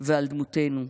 ועל דמותנו,